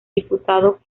diputado